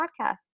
podcast